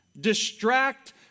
Distract